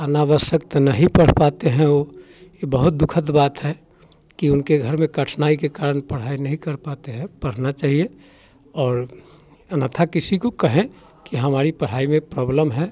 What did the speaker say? अनावश्यक तो नहीं पढ़ पाते हैं वो ये बहुत दुखद बात है कि उनके घर में कठिनाई के कारण पढ़ाई नहीं कर पाते हैं पढ़ना चाहिए और अन्यथा किसी को कहे कि हमारी पढ़ाई में प्रोब्लम है